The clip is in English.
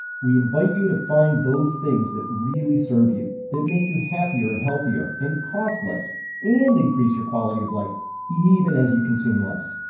we invite you to find those things that really serve you, that make you happier and healthier, and cost less and increase your quality of life even as you consume less.